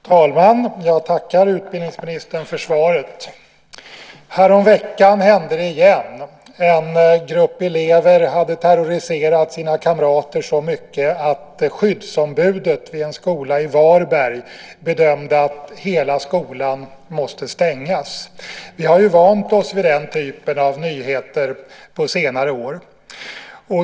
Herr talman! Jag tackar utbildningsministern för svaret. Häromveckan hände det igen. En grupp elever hade terroriserat sina kamrater så mycket att skyddsombudet vid en skola i Varberg bedömde att hela skolan måste stängas. Vi har ju vant oss vid den typen av nyheter på senare år.